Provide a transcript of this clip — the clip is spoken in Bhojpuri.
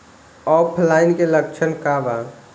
ऑफलाइनके लक्षण क वा?